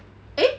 eh